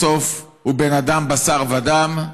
בסוף הוא בן אדם בשר ודם,